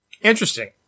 Interesting